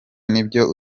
nibyo